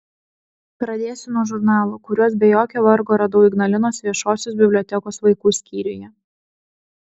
pradėsiu nuo žurnalų kuriuos be jokio vargo radau ignalinos viešosios bibliotekos vaikų skyriuje